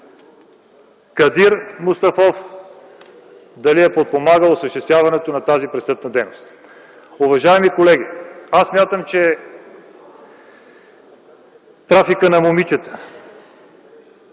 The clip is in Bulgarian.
Кадир Мустафов е подпомагал осъществяването на тази престъпна дейност. Уважаеми колеги, аз смятам, че трафикът на момичета,